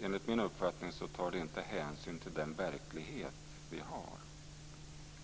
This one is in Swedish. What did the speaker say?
Enligt min uppfattning tar den inte hänsyn till den verklighet vi har.